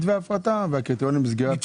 את מתווה ההפרטה שלחתם?